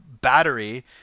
battery